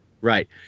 Right